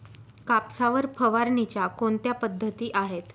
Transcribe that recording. कापसावर फवारणीच्या कोणत्या पद्धती आहेत?